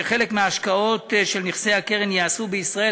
שחלק מההשקעות של נכסי הקרן ייעשו בישראל.